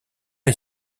est